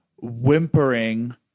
whimpering